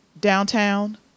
downtown